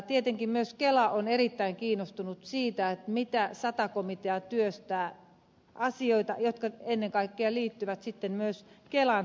tietenkin myös kela on erittäin kiinnostunut siitä miten sata komitea työstää asioita jotka ennen kaikkea liittyvät myös kelan toimintaan